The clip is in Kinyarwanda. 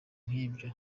nk’ibyo